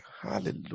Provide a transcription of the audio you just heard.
hallelujah